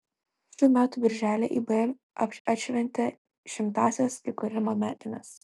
šių metų birželį ibm atšventė šimtąsias įkūrimo metines